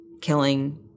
killing